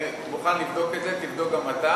אני מוכן לבדוק את זה, ותבדוק גם אתה.